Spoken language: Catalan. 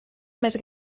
més